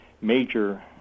Major